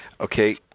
Okay